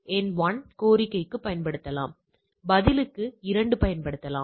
எண் 1 கோரிக்கைக்கு பயன்படுத்தப்படலாம் பதிலுக்கு 2 பயன்படுத்தலாம்